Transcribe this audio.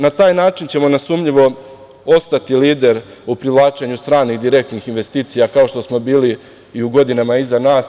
Na taj način ćemo nesumnjivo ostati lider u privlačenju stranih direktnih investicija, kao što smo bili u godinama iza nas.